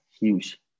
huge